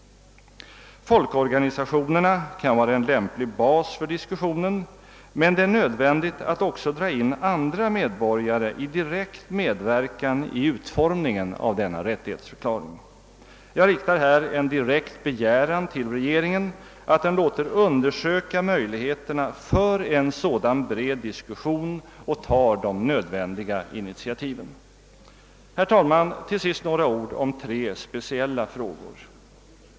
Folkorganisationerna kan vara en lämplig bas för diskussionen, men det är nödvändigt att också dra in andra medborgare i direkt medverkan vid utformningen av denna rättighets förklaring. Jag riktar en direkt begäran till regeringen att låta undersöka möjligheterna för en sådan bred diskussion och att ta de nödvändiga initiativen. Herr talman! Till sist några ord om tre speciella frågor.